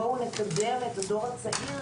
בואו נקדם את הדור הצעיר,